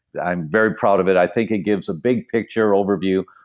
i'm very proud of it. i think it gives a big picture overview,